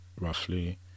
roughly